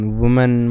woman